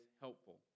helpful